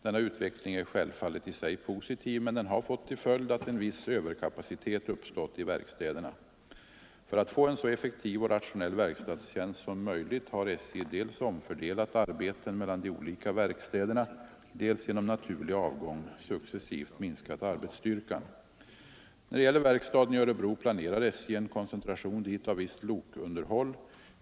Denna utveckling är självfallet i sig positiv, men den har fått till följd att en viss överkapacitet uppstått i verkstäderna. För att få en så effektiv och rationell verkstadstjänst som möjligt har SJ dels omfördelat arbeten mellan de olika verkstäderna, dels — genom naturlig avgång — successivt minskat arbetsstyrkan. När det gäller verkstaden i Örebro planerar SJ en koncentration dit av visst lokunderhåll.